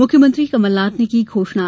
मुख्यमंत्री कमलनाथ ने की घोषणा